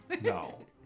No